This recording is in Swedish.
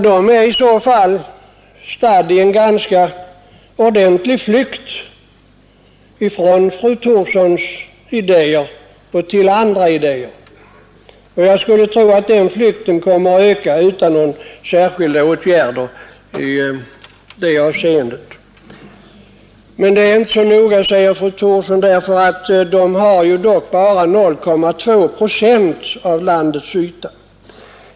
De är i varje fall stadda i en ganska ordentlig flykt från fru Thorssons läger till andra i stället. Jag skulle tro att den flykten kommer att öka. Det betyder inte så mycket, menar fru Thorsson, därför att de har dock bara 0,2 procent av landets yta.